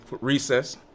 recess